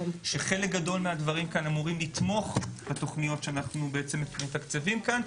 שחלק גדול מהדברים כאן אמורים לתמוך בתוכניות שאנחנו מתקציבים כאן.